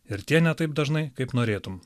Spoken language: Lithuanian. ir tie ne taip dažnai kaip norėtum